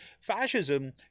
fascism